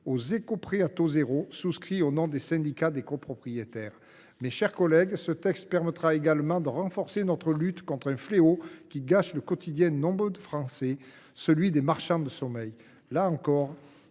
aux éco prêts à taux zéro (éco PTZ) souscrits au nom des syndicats de copropriétaires. Mes chers collègues, ce texte permettra également de renforcer notre lutte contre un fléau qui gâche le quotidien de nombreux Français, celui des marchands de sommeil.